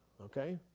Okay